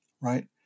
right